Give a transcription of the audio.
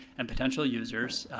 and potential users,